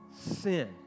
sin